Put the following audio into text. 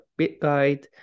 BitGuide